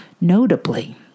Notably